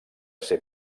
ser